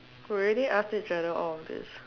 already ask each other all of these